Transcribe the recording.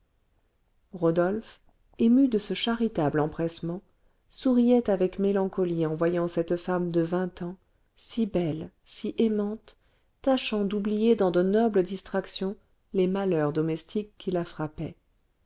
rodolphe ému de ce charitable empressement souriait avec mélancolie en voyant cette femme de vingt ans si belle si aimante tâchant d'oublier dans de nobles distractions les malheurs domestiques qui la frappaient